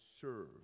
serve